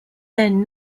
then